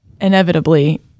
inevitably